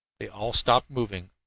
they all stopped moving,